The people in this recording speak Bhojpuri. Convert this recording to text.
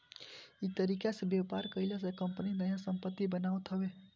इ तरीका से व्यापार कईला से कंपनी नया संपत्ति बनावत हवे